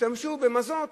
תשתמשו במזוט,